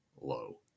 low